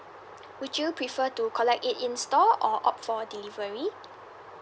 would you prefer to collect it in store or opt for delivery